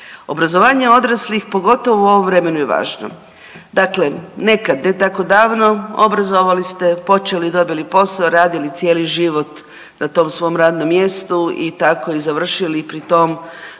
Obrazovanje odraslih, pogotovo u ovom vremenu je važno. Dakle, nekad ne tako davno obrazovali ste počeli i dobili posao, radili cijeli život na tom svom radnom mjestu i tako i završili i pri tom nije